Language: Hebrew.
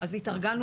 התארגנו